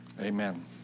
Amen